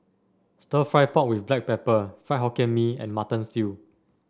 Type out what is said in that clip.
stir fry pork with Black Pepper Fried Hokkien Mee and Mutton Stew